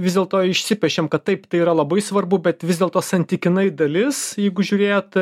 vis dėlto išsipešėm kad taip tai yra labai svarbu bet vis dėlto santykinai dalis jeigu žiūrėjot